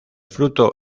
fruto